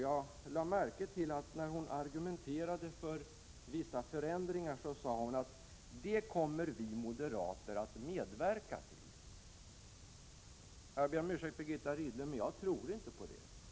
Jag lade märke till att när Birgitta Rydle argumenterade för vissa förändringar sade hon: ”Det kommer vi moderater att medverka till.” Jag ber om ursäkt, Birgitta Rydle, men jag tror inte på det.